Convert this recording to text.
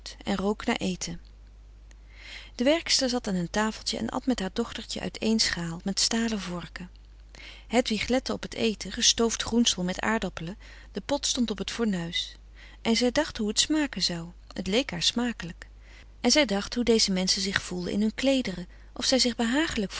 doods rook naar eten de werkster zat aan een tafeltje en at met haar dochtertje uit één schaal met stalen vorken hedwig lette op het eten gestoofd groensel met aardappelen de pot stond op t fornuis en zij dacht hoe het smaken zou het leek haar smakelijk en zij dacht hoe deze menschen zich voelden in hun kleederen of zij zich behagelijk